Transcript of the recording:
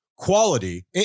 quality